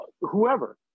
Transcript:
whoever